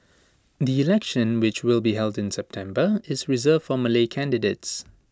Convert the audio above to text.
the election which will be held in September is reserved for Malay candidates